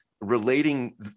relating